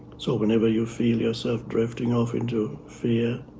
so whenever you feel yourself drifting off into fear,